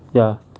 ya